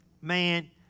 Man